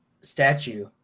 Statue